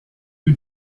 you